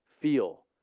feel